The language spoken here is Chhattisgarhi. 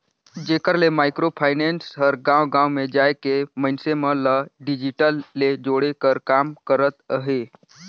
जेकर ले माइक्रो फाइनेंस हर गाँव गाँव में जाए के मइनसे मन ल डिजिटल ले जोड़े कर काम करत अहे